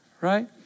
right